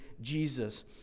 Jesus